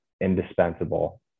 indispensable